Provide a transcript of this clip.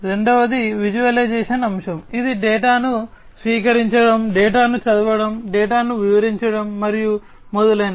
రెండవది విజువలైజేషన్ అంశం ఇది డేటాను స్వీకరించడం డేటాను చదవడం డేటాను వివరించడం మరియు మొదలైనవి